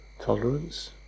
tolerance